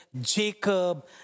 Jacob